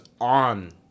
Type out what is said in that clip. on